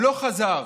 לא חזר.